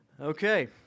Okay